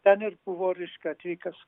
ten ir buvo reiškia atvykęs